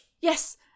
Yes